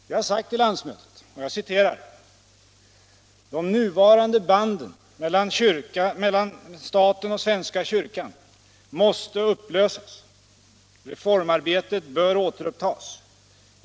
Vi har vid landsmöte sagt: ”De nuvarande banden mellan staten och svenska kyrkan måste upplösas. Reformarbetet bör återupptas.